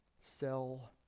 sell